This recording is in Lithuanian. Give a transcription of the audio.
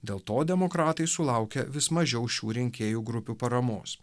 dėl to demokratai sulaukia vis mažiau šių rinkėjų grupių paramos